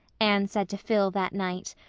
anne said to phil that night.